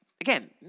again